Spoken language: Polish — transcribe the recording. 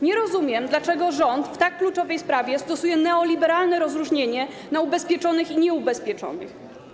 Nie rozumiem, dlaczego rząd w tak kluczowej sprawie stosuje neoliberalne rozróżnienie na ubezpieczonych i nieubezpieczonych.